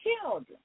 children